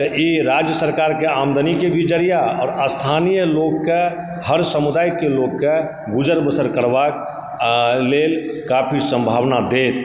तऽ ई राज्य सरकारकेँ आमदनीके भी जरिआ आ स्थानीय लोककेँ हर समुदायके लोककेँ गुजर बसर करबाक लेल काफी सम्भावना देत